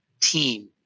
team